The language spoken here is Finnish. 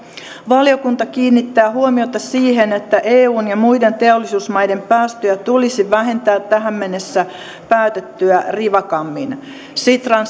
valiokunta kiinnittää huomiota siihen että eun ja muiden teollisuusmaiden päästöjä tulisi vähentää tähän mennessä päätettyä rivakammin sitran